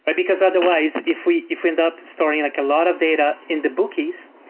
but because otherwise if we if we end up storing like a lot of data in the bookies,